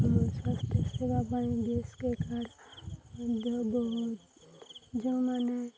ସ୍ୱାସ୍ଥ୍ୟ ସେବା ପାଇଁ B S K Y card ଏକ କ ବତ ଯେଉଁମାନେ